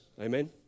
Amen